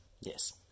Yes